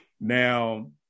Now